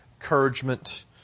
encouragement